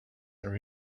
are